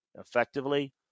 effectively